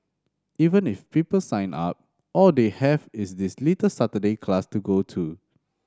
even if people sign up all they have is this little Saturday class to go to